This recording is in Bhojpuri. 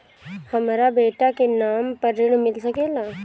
हमरा बेटा के नाम पर ऋण मिल सकेला?